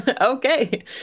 okay